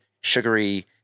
sugary